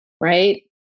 Right